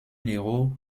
héros